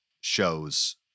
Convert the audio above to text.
shows